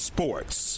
Sports